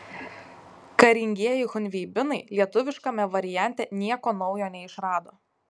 karingieji chunveibinai lietuviškame variante nieko naujo neišrado